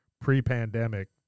pre-pandemic